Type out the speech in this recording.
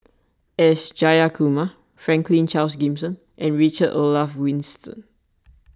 S Jayakumar Franklin Charles Gimson and Richard Olaf Winstedt